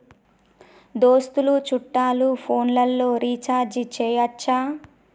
దోస్తులు చుట్టాలు ఫోన్లలో రీఛార్జి చేయచ్చా?